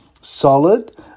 solid